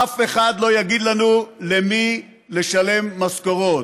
אף אחד לא יגיד לנו למי לשלם משכורות,